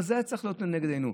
וזה היה צריך להיות לנגד עינינו.